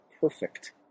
perfect